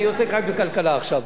אני עוסק רק בכלכלה עכשיו.